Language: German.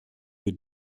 für